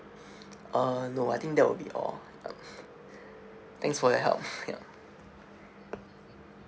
uh no I think that will be all thanks for your help ya